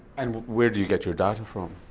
and where do you get your data from?